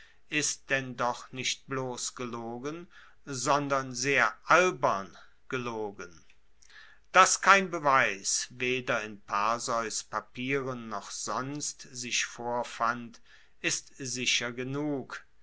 ist denn doch nicht bloss gelogen sondern sehr albern gelogen dass kein beweis weder in perseus papieren noch sonst sich vorfand ist sicher genug